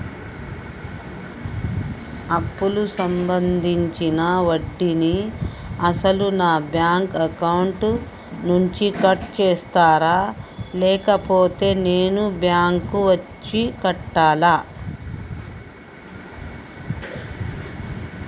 అప్పు సంబంధించిన వడ్డీని అసలు నా బ్యాంక్ అకౌంట్ నుంచి కట్ చేస్తారా లేకపోతే నేను బ్యాంకు వచ్చి కట్టాలా?